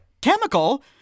Chemical